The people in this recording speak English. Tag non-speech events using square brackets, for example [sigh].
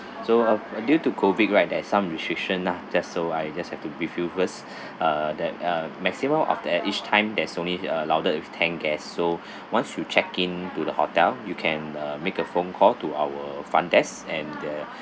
so uh uh due to COVID right there's some restriction ah just so I just have to brief you first [breath] uh that a maximum of the each time there's only allowed with ten guests so [breath] once you check in to the hotel you can uh make a phone call to our front desk and uh